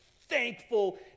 thankful